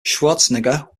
schwarzenegger